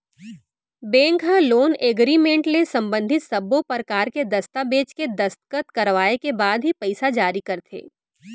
bank ह loan agreement ले संबंधित सब्बो परकार के दस्ताबेज के दस्कत करवाए के बाद ही पइसा जारी करथे